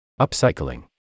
upcycling